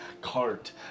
cart